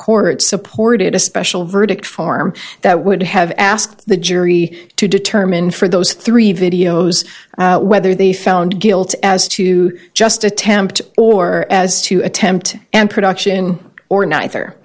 court supported a special verdict form that would have asked the jury to determine for those three videos whether they found guilt as to just attempt or as to attempt and production or n